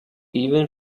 even